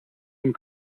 some